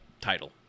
title